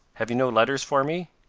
have you no letters for me?